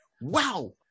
wow